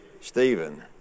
Stephen